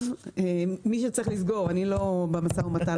מי שצריך לסגור, אני לא במשא ומתן.